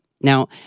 Now